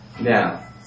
Now